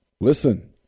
Listen